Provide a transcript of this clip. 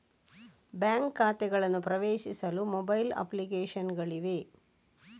bank ಖಾತೆಗಳನ್ನು ಪ್ರವೇಶಿಸಲು mobile application ಗಳಿವೆ